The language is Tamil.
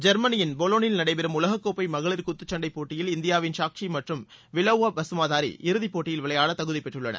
ஜெர்மனியின் பொலோனில் நடைபெறும் உலக கோப்பை மகளிர் குத்துச்சண்டை போட்டியில் இந்தியாவின் சாகூடி மற்றும் விலாவோ பசுமதாரி இறுதிப் போட்டியில் விளையாட தகுதி பெற்றுள்ளனர்